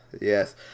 Yes